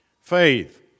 Faith